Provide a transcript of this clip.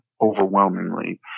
overwhelmingly